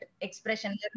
expression